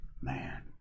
Man